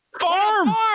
Farm